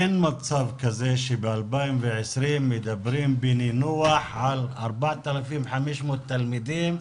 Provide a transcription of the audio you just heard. אין מצב כזה שב-2020 מדברים בנינוחות על 4,500 תלמידים,